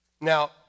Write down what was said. Now